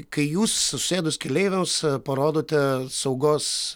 kai jūs susėdus keleiviams parodote saugos